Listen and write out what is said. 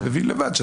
אתה מבין לבד.